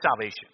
salvation